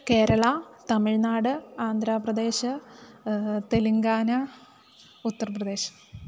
केरळा तमिळ्नाड् आन्ध्रप्रदेशः तेलङ्गाना उत्तरप्रदेशः